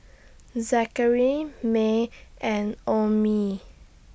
Zackery May and Omie